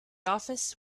office